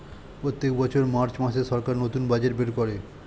প্রত্যেক বছর মার্চ মাসে সরকার নতুন বাজেট বের করে